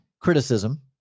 Criticism